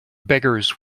beggars